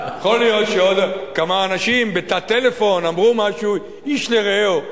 יכול להיות שעוד כמה אנשים בתא טלפון אמרו משהו איש לרעהו,